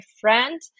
friend